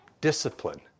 Discipline